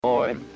Boy